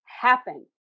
happen